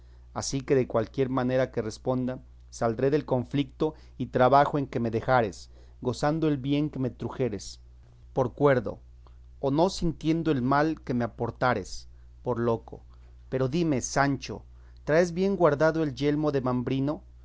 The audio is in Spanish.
ansí que de cualquiera manera que responda saldré del conflito y trabajo en que me dejares gozando el bien que me trujeres por cuerdo o no sintiendo el mal que me aportares por loco pero dime sancho traes bien guardado el yelmo de mambrino